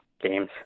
games